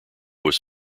was